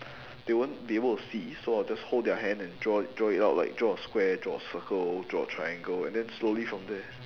they won't be able to see so I'll just hold their hand and draw draw it out like draw a square draw a circle draw a triangle and then slowly from there